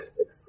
six